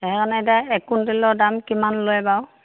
সেইকাৰণে এতিয়া এক কুইণ্টলৰ দাম কিমান লয় বাৰু